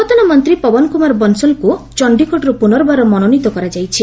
ପୂର୍ବତନ ମନ୍ତ୍ରୀ ପବନ କୁମାର ବଂଶଲ୍ଙ୍କୁ ଚଣ୍ଡୀଗଡ଼ରୁ ପୁନର୍ବାର ମନୋନୀତ କରାଯାଇଛି